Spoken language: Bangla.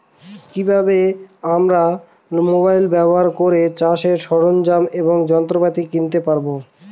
কি ভাবে আমরা মোবাইল ব্যাবহার করে চাষের সরঞ্জাম এবং যন্ত্রপাতি কিনতে পারবো?